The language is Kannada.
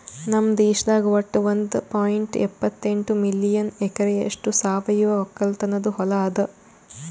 ನಮ್ ದೇಶದಾಗ್ ವಟ್ಟ ಒಂದ್ ಪಾಯಿಂಟ್ ಎಪ್ಪತ್ತೆಂಟು ಮಿಲಿಯನ್ ಎಕರೆಯಷ್ಟು ಸಾವಯವ ಒಕ್ಕಲತನದು ಹೊಲಾ ಅದ